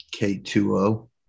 K2O